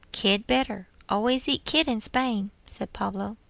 kid better always eat kid in spain, said pablo.